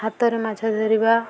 ହାତରେ ମାଛ ଧରିବା